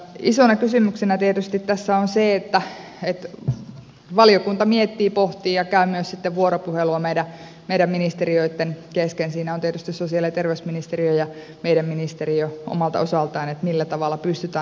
isona kysymyksenä tietysti tässä on se että valiokunta miettii pohtii ja käy myös sitten vuoropuhelua meidän ministeriöitten kesken siinä on tietysti sosiaali ja terveysministeriö ja meidän ministeriö omalta osaltaan että millä tavalla pystytään nopeuttamaan